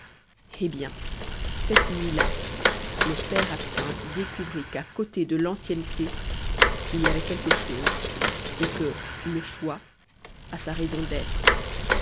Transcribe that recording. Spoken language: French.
eh bien cette nuit-là le père absinthe découvrit qu'à côté de l'ancienneté il y avait quelque chose et que le choix a sa raison d'être